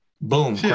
Boom